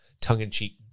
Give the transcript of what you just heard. tongue-in-cheek